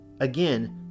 Again